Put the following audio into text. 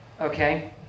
okay